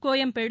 Koyambedu